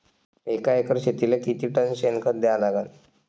एका एकर शेतीले किती टन शेन खत द्या लागन?